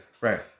Right